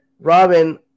robin